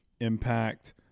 Impact